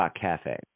Cafe